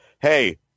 hey